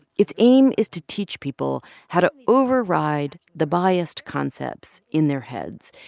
its aim is to teach people how to override the biased concepts in their heads.